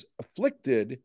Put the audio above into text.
afflicted